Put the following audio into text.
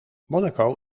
monaco